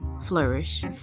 Flourish